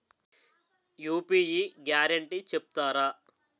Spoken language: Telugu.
యూ.పీ.యి గ్యారంటీ చెప్తారా?